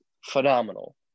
phenomenal